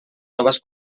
noves